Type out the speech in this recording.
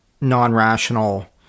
non-rational